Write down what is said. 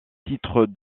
titre